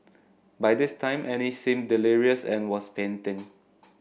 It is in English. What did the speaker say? by this time Annie seemed delirious and was panting